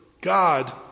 God